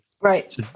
Right